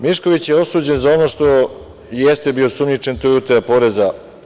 Mišković je osuđen za ono što jeste bio osumnjičen, a to je utaja poreza.